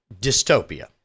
dystopia